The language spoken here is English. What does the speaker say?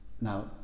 Now